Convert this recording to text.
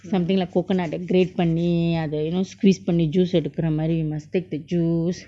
something like coconut ah grate பன்னி அத:panni atha you know squeeze பன்னி:panni juice எடுக்குர மாரி:edukkura maari you must take the juice